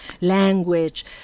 language